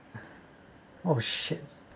oh shit